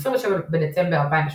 27 בדצמבר 2017